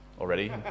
already